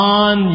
on